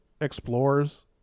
explores